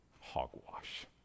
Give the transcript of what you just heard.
Hogwash